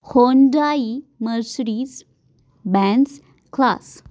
Hyundai Mercedes Benz class